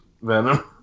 Venom